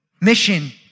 mission